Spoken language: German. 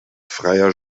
freier